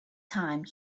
time